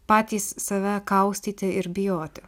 patys save kaustyti ir bijoti